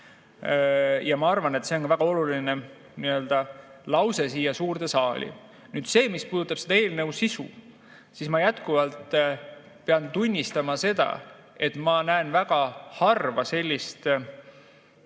Ja ma arvan, et see on väga oluline lause siia suurde saali. Nüüd see, mis puudutab eelnõu sisu. Ma jätkuvalt pean tunnistama seda, et ma näen väga harva sellist,